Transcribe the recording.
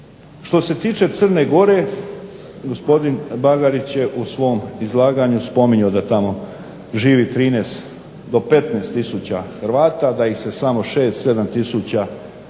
Što se tiče Crne gore gospodin Bagarić je u svom izlaganju spominjao da tamo živi 13 do 15 tisuća Hrvata, da ih se samo 6, 7 tisuća